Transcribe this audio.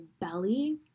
belly